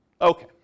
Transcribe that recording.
Okay